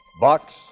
Box